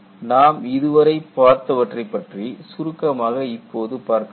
நாம் இதுவரை பார்த்தவற்றை பற்றி சுருக்கமாக இப்போது பார்க்கலாம்